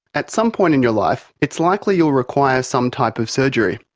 at some point in your life it's likely you'll require some type of surgery.